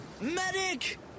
Medic